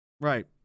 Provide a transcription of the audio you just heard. Right